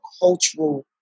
cultural